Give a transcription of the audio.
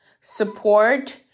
support